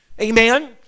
amen